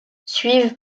suivent